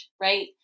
right